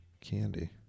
Candy